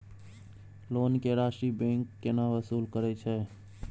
Loan के राशि bank केना वसूल करे छै?